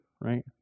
right